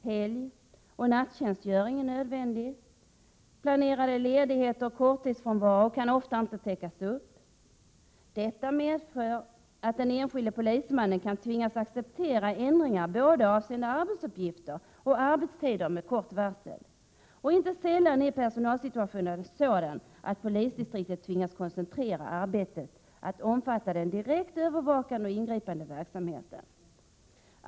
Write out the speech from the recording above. Helgoch nattjänstgöring är nödvändiga. Ledigheter och korttidsfrånvaro kan ofta inte täckas upp. Detta medför att den enskilde polismannen kan tvingas acceptera ändringar både av arbetsuppgifter och av arbetstider med kort varsel. Inte sällan är personalsituationen sådan att polisdistriktet tvingas koncentrera arbetet till att omfatta den direkt övervakande och ingripande verksamheten.